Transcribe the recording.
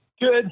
good